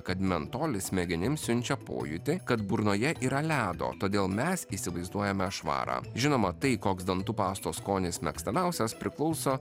kad mentolis smegenims siunčia pojūtį kad burnoje yra ledo todėl mes įsivaizduojame švarą žinoma tai koks dantų pastos skonis megstamiausias priklauso